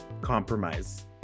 compromise